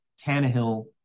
Tannehill